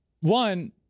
one